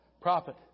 Prophet